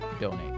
donate